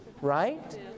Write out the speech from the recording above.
right